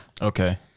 Okay